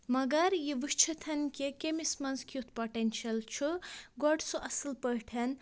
مگر یہِ وُچھِتھ کہِ کٔمِس منٛز کیُتھ پوٹِینٛشَل چھُ گۄڈٕ سُہ اصٕل پٲٹھۍ